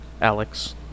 Alex